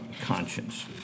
conscience